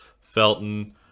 Felton